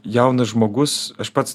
jaunas žmogus aš pats